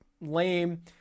lame